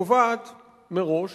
קובעת מראש